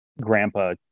grandpa